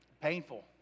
Painful